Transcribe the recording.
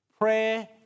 Prayer